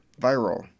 Viral